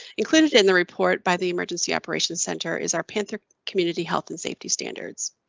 included in the report by the emergency operations center is our panther community health and safety standards.